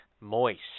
moist